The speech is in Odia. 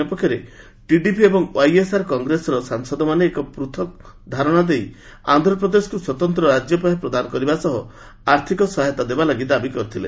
ଅନ୍ୟପକ୍ଷରେ ଟିଡିପି ଏବଂ ଓ୍ବାଇଏସ୍ଆର୍ କଂଗ୍ରେସର ସାଂସଦମାନେ ଏକ ପୃଥକ୍ ଧାରଣା ଦେଇ ଆନ୍ଧ୍ରପ୍ରଦେଶକୁ ସ୍ୱତନ୍ତ୍ର ରାଜ୍ୟ ପାହ୍ୟା ପ୍ରଦାନ କରିବା ସହ ଆର୍ଥକ ସହାୟତା ଦେବାଲାଗି ଦାବି କରିଥିଲେ